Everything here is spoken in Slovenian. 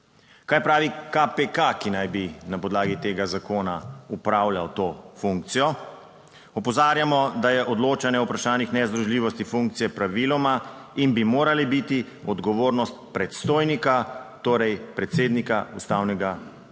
Kaj pravi KPK, ki naj bi na podlagi tega zakona opravljal to funkcijo: "Opozarjamo, da je odločanje o vprašanjih nezdružljivosti funkcije praviloma in bi morali biti odgovornost predstojnika, torej predsednika Ustavnega sodišča